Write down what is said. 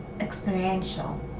experiential